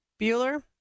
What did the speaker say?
Bueller